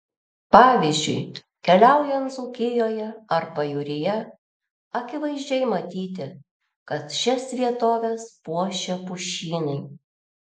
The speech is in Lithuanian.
pavyzdžiui keliaujant dzūkijoje ar pajūryje akivaizdžiai matyti kad šias vietoves puošia pušynai